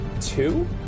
Two